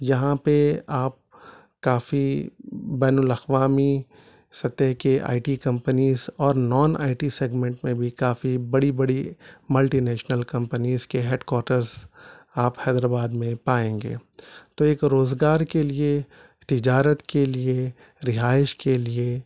یہاں پہ آپ کافی بین الاقوامی سطح کے آئی ٹی کمپنیز اور نان آئی ٹی سیگمنٹ میں بھی کافی بڑی بڑی ملٹی نیشنل کمپنیز کے ہیڈ کوارٹرز آپ حیدرآبا میں پائیں گے تو ایک روزگار کے لیے تجارت کے لئے رہائش کے لیے